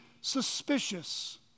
suspicious